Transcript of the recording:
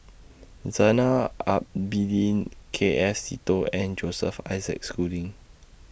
Zainal Abidin K S Seetoh and Joseph Isaac Schooling